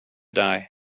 die